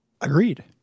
Agreed